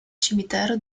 cimitero